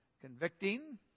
convicting